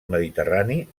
mediterrani